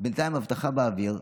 בינתיים, הבטחה באוויר.